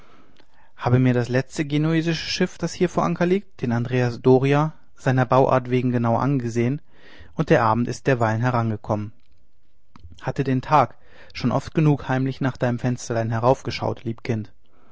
habe mir das letzte genuesische schiff das hier vor anker liegt den andrea doria seiner bauart wegen genau angesehen und der abend ist derweilen herangekommen hatte den tag schon oft genug heimlich nach deinem fensterlein heraufgeschaut lieb